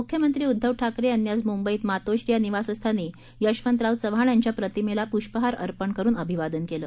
मुख्यमंत्री उद्दव ठाकरे यांनी आज मुंबईत मातोश्री या निवासस्थानी यशवंतराव चव्हाण यांच्या प्रतिमेला प्रष्पहार अर्पण करून अभिवादन केलं